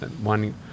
one